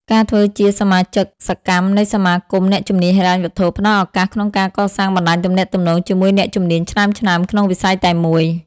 ការធ្វើជាសមាជិកសកម្មនៃសមាគមអ្នកជំនាញហិរញ្ញវត្ថុ ផ្ដល់ឱកាសក្នុងការកសាងបណ្ដាញទំនាក់ទំនងជាមួយអ្នកជំនាញឆ្នើមៗក្នុងវិស័យតែមួយ។